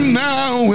now